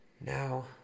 now